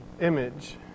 image